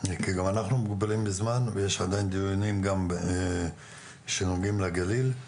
כי גם אנחנו מוגבלים בזמן ויש עדיין דיונים גם שנוגעים לגליל.